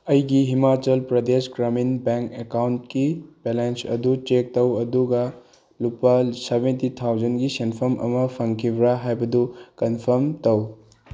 ꯑꯩꯒꯤ ꯍꯤꯃꯥꯆꯜ ꯄ꯭ꯔꯗꯦꯁ ꯒ꯭ꯔꯥꯃꯤꯟ ꯕꯦꯡ ꯑꯦꯛꯀꯥꯎꯟꯀꯤ ꯕꯦꯂꯦꯟꯁ ꯑꯗꯨ ꯆꯦꯛ ꯇꯧ ꯑꯗꯨꯒ ꯂꯨꯄꯥ ꯁꯕꯦꯟꯇꯤ ꯊꯥꯎꯖꯟꯒꯤ ꯁꯦꯟꯐꯝ ꯑꯃ ꯐꯪꯈꯤꯕ꯭ꯔꯥ ꯍꯥꯏꯕꯗꯨ ꯀꯟꯐꯥꯝ ꯇꯧ